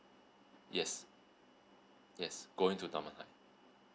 yes yes going to dunman high